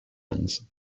ends